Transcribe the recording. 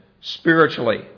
spiritually